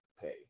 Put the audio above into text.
pay